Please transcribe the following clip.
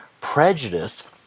prejudice